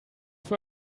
für